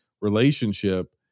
relationship